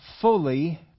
fully